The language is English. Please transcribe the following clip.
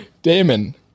Damon